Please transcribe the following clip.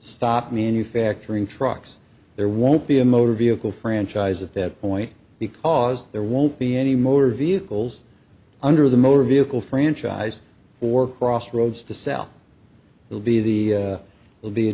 stop manufacturing trucks there won't be a motor vehicle franchise at that point because there won't be any motor vehicles under the motor vehicle franchise or crossroads to sell will be the will be